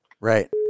Right